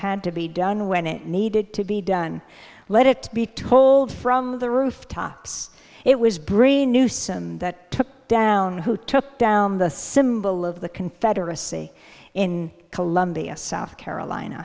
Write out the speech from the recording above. had to be done when it needed to be done let it be told from the rooftops it was bring a new system that took down who took down the symbol of the confederacy in columbia south carolina